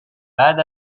بعد